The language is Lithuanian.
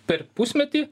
per pusmetį